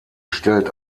stellt